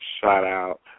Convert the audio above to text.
Shout-out